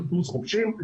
קורס חובשים,